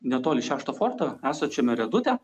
netoli šešto forto esančiame redute